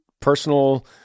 personal